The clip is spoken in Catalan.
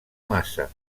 massa